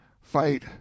fight